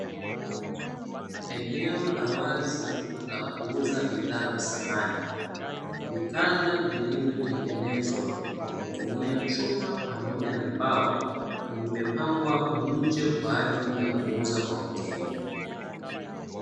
Eneo la wazi la kuuza bidhaa za samani vitanda, vilivyo tengenezwa kwa kutumia chuma pamoja na mbao zimepangwa hapo nje kwaajili ya kuuza kwa wateja.